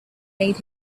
made